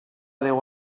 deu